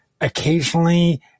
occasionally